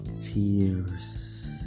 tears